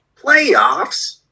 Playoffs